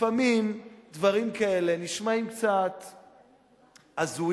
לפעמים דברים כאלה נשמעים קצת הזויים.